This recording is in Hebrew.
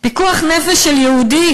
"פיקוח נפש של יהודי",